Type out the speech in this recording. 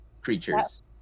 creatures